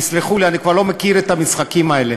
תסלחו לי, אני כבר לא מכיר את המשחקים האלה.